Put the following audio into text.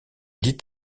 dit